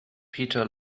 peter